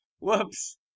Whoops